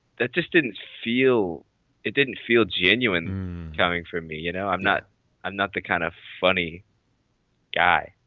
that just didn't feel it didn't feel genuine coming from me. you know i'm not i'm not the kind of funny guy.